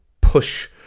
push